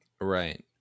Right